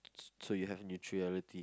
so you have neutrality